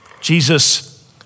Jesus